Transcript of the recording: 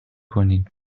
کنین